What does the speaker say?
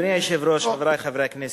אדוני היושב-ראש, חברי חברי הכנסת,